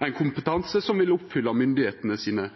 ein kompetanse som vil oppfylla krava frå myndigheitene.